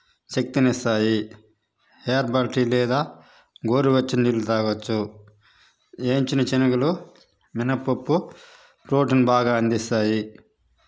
శక్తిని ఇస్తాయి herbal tea లేదా గోరు వెచ్చని నీళ్ళు తాగవచ్చు వేయించిన శనగలు మినపప్పు ప్రోటీన్ బాగా అందిస్తాయి